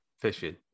fishing